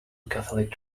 catholic